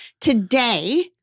today